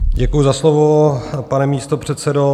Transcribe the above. Děkuji za slovo, pane místopředsedo.